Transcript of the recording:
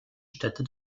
städte